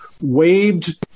waived